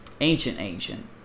ancient-ancient